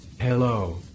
Hello